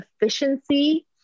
efficiency